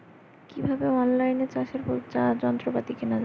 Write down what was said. কিভাবে অন লাইনে চাষের যন্ত্রপাতি কেনা য়ায়?